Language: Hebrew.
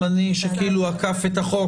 סעד זמני שעקף את החוק.